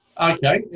Okay